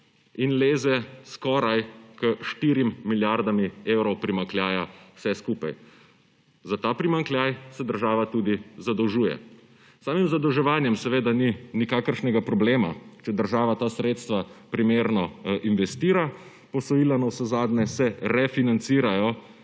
in leze skoraj k 4 milijardam evrov primanjkljaja vse skupaj. Za ta primanjkljaj se država tudi zadolžuje. S samim zadolževanjem seveda ni nikakršnega problema, če država ta sredstva primerno investira. Posojila se navsezadnje refinancirajo